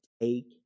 take